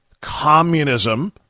communism